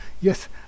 yes